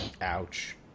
ouch